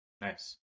Nice